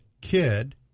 kid